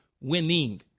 winning